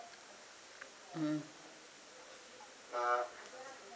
mm